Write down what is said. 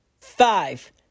five